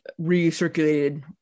recirculated